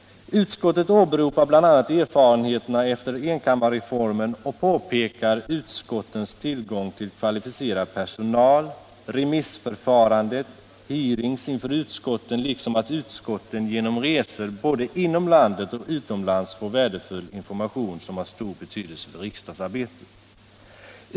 Utskottet åberopar bl.a. erfarenheterna efter enkammarreformen och pekar på utskottens tillgång till kvalificerad personal, remissförfarandet och hearings inför utskotten liksom på att utskotten genom resor både inom landet och utomlands får värdefull information som har stor betydelse för riksdagsarbetet.